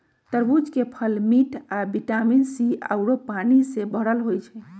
तरबूज के फल मिठ आ विटामिन सी आउरो पानी से भरल होई छई